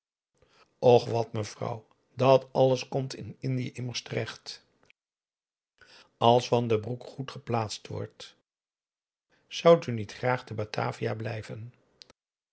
och wat mevrouw dat alles komt in indië immers terecht p a daum hoe hij raad van indië werd onder ps maurits als van den broek goed geplaatst wordt zoudt u niet graag te batavia blijven